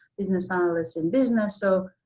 business analysts in business. so